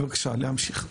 בבקשה להמשיך.